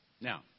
Now